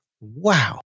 Wow